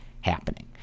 happening